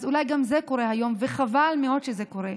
אז אולי גם זה קורה היום, וחבל מאוד שזה קורה.